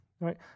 Right